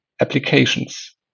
applications